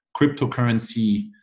cryptocurrency